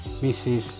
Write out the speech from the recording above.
Mrs